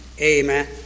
Amen